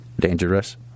Dangerous